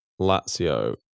Lazio